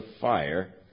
fire